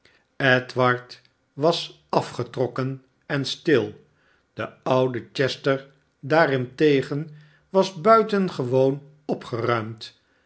edward was afgetrokken en stil de oude chester daarentegen was buitengewoon opgeruimd